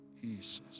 Jesus